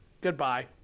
Goodbye